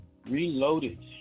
Reloaded